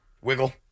Wiggle